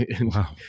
Wow